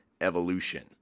Evolution